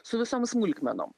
su visom smulkmenom